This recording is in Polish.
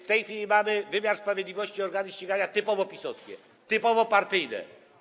W tej chwili mamy wymiar sprawiedliwości, organy ścigania typowo PiS-owskie, typowo partyjne.